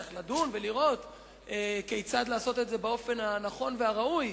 צריך לדון ולראות כיצד לעשות את זה באופן הנכון והראוי,